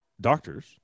doctors